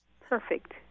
Perfect